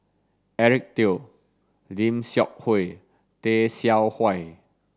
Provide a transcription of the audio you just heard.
Eric Teo Lim Seok Hui Tay Seow Huah